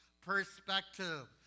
perspective